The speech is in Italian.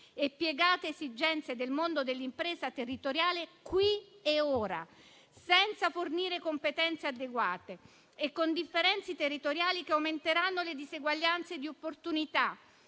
e piegare alle esigenze del mondo dell'impresa territoriale qui ed ora, senza fornire competenze adeguate e con differenze territoriali che aumenteranno le diseguaglianze di opportunità,